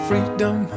Freedom